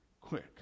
quick